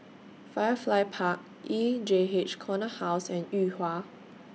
Firefly Park E J H Corner House and Yuhua